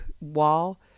wall